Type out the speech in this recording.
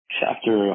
Chapter